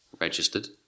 registered